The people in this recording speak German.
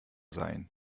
seien